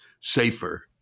safer